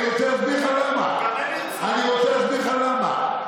אני רוצה להסביר לך למה.